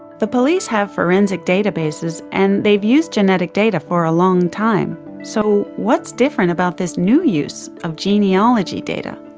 the police have forensic databases and they've used genetic data for a long time, so what's different about this new use of genealogy data?